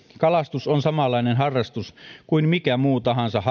kalastus on samanlainen harrastus kuin mikä muu